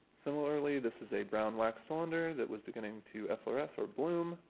similarly this is a brown wax cylinder that was beginning to effloresce or bloom.